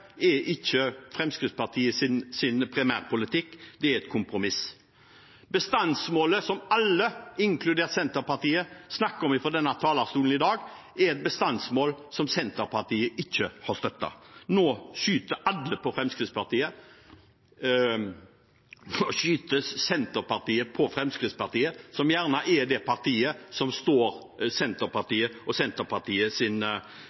er ikke Fremskrittspartiets primærpolitikk, det er et kompromiss. Bestandsmålet som alle, inkludert Senterpartiet, snakker om fra denne talerstolen i dag, er et bestandsmål som Senterpartiet ikke har støttet. Nå skyter Senterpartiet på Fremskrittspartiet, som gjerne er det partiet som står